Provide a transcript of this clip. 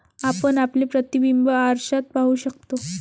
आपण आपले प्रतिबिंब आरशात पाहू शकतो